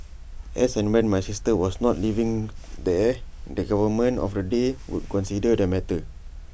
as and when my sister was not living there the government of the day would consider the matter